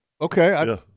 Okay